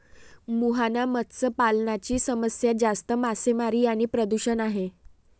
मुहाना मत्स्य पालनाची समस्या जास्त मासेमारी आणि प्रदूषण आहे